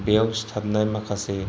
बेयाव सिथाबनाय माखासे